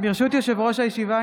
ברשות יושב-ראש הישיבה,